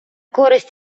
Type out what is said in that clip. користь